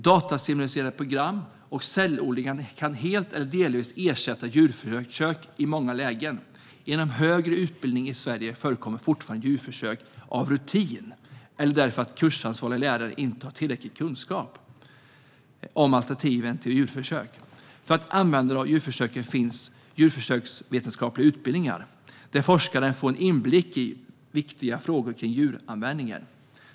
Datasimuleringsprogram och cellodlingar kan helt eller delvis ersätta djurförsök i många lägen. Inom högre utbildning i Sverige förekommer fortfarande djurförsök enligt rutin eller därför att kursansvarig lärare inte har tillräcklig kunskap om alternativen till djurförsök. För användare av försöksdjur finns djurförsöksvetenskapliga utbildningar, där forskaren får en inblick i viktiga frågor kring djuranvändningen.